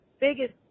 biggest